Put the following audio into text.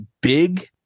big